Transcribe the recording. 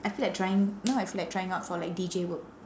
I feel like trying now I feel like trying out for like D_J work